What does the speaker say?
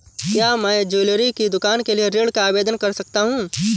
क्या मैं ज्वैलरी की दुकान के लिए ऋण का आवेदन कर सकता हूँ?